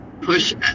push